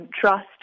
trust